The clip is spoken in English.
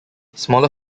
smaller